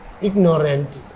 ignorant